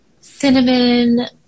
cinnamon